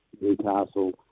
Newcastle